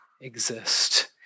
exist